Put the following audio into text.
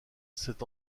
cet